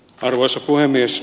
arvoisa puhemies